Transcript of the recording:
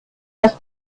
dass